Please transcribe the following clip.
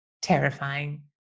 terrifying